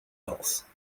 else